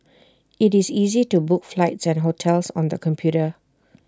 IT is easy to book flights and hotels on the computer